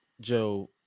joe